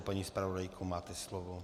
Paní zpravodajko, máte slovo.